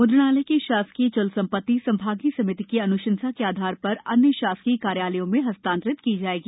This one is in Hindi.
मुद्रणालय की शासकीय चल संपत्ति संभागीय समिति की अनुशंसा के आधार पर अन्य शासकीय कार्यालयों में हस्तांतरित की जायेगी